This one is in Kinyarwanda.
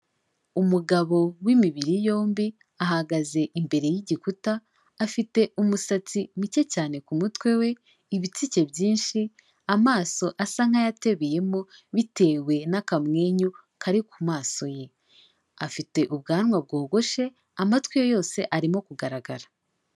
Umugabo w'imibiri yombi, ahagaze imbere y'igikuta, afite umusatsi muke cyane ku mutwe we, ibitsike byinshi, amaso asa nk'ayatebeyemo bitewe n'akamwenyu kari ku maso ye, afite ubwanwa bwogoshe, amatwi ye yose arimo kugaragara.